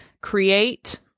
create